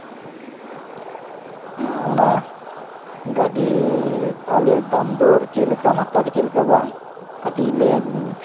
ᱦᱮᱸ ᱚᱱᱟ ᱜᱟᱹᱰᱤ ᱟᱞᱮ ᱫᱟᱢ ᱫᱚᱨ ᱪᱮᱫ ᱞᱮᱠᱟᱢ ᱦᱟᱛᱟᱣᱼᱫᱟ ᱪᱮᱫᱞᱮᱠᱟ ᱵᱟᱝ ᱠᱟᱹᱴᱤᱡ ᱞᱟᱹᱭ